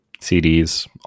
CDs